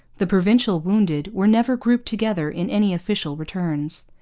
the provincial wounded were never grouped together in any official returns.